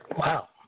Wow